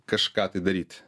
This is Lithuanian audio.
kažką tai daryti